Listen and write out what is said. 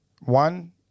One